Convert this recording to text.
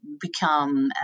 become